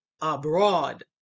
abroad